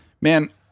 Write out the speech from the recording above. man